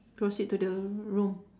proceed to the room